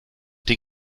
die